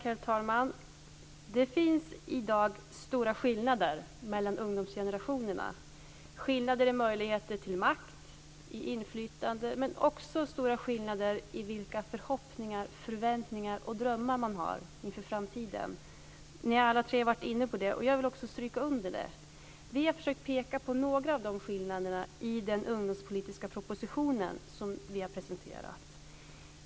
Herr talman! Det finns i dag stora skillnader mellan ungdomarna. Det är skillnader när det gäller möjligheter till makt och inflytande men också stora skillnader när det gäller vilka förhoppningar, förväntningar och drömmar de har inför framtiden. Ni har alla tre varit inne på det, och jag vill också stryka under det. Vi har försökt peka på några av de skillnaderna i den ungdomspolitiska propositionen, som vi har presenterat.